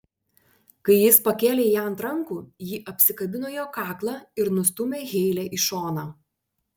kai jis pakėlė ją ant rankų ji apsikabino jo kaklą ir nustūmė heilę į šoną